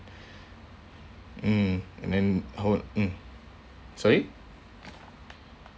mm and then ho~ mm sorry